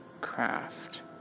craft